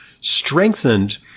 strengthened